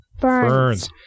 Burns